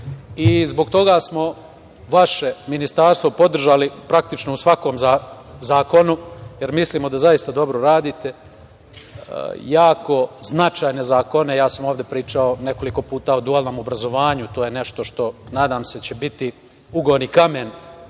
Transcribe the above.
i zbog toga smo vaše Ministarstvo podržali praktično u svakom zakonu, jer mislimo da zaista dobro radite jako značajne zakone. Ja sam ovde pričao nekoliko puta o dualnom obrazovanju. To je nešto što nadam se će biti ugaoni kamen